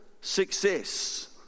success